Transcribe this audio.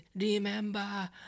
remember